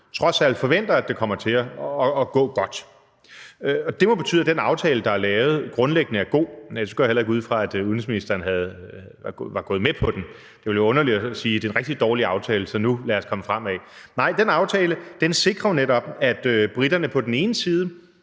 trods alt forventer, at det kommer til at gå godt, og det må betyde, at den aftale, der er lavet, grundlæggende er god. Men ellers går jeg heller ikke ud fra, at udenrigsministeren var gået med på den, for det er jo lidt underligt at sige, at det er en rigtig dårlig aftale, så lad os nu komme fremad. Nej, den aftale sikrer jo netop, at briterne på den ene side